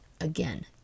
again